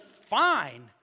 fine